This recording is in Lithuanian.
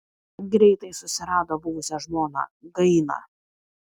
greitai susirado buvusią žmoną gainą